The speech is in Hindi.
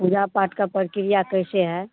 पूजा पाठ की प्रक्रिया कैसी है